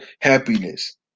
happiness